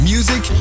Music